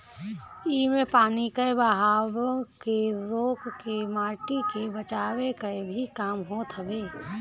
इमे पानी कअ बहाव के रोक के माटी के बचावे कअ भी काम होत हवे